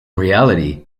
reality